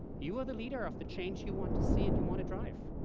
you are the leader of the change you want to see and you want to drive.